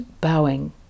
bowing